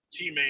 teammate